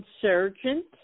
insurgent